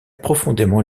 profondément